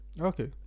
Okay